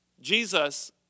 Jesus